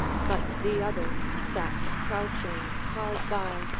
but the other sat crouching hard by,